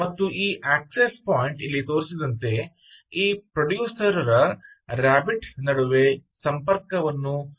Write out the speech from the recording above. ಮತ್ತು ಈ access point ಇಲ್ಲಿ ತೋರಿಸಿದಂತೆ ಈ ಪ್ರೊಡ್ಯೂಸರ್ಸ್ ರ ರಾಬಿಟ್ ನಡುವೆ ಸಂಪರ್ಕವನ್ನು ಒದಗಿಸುತ್ತದೆ